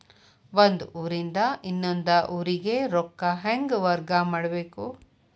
ಒಂದ್ ಊರಿಂದ ಇನ್ನೊಂದ ಊರಿಗೆ ರೊಕ್ಕಾ ಹೆಂಗ್ ವರ್ಗಾ ಮಾಡ್ಬೇಕು?